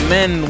Men